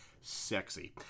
Sexy